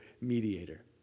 mediator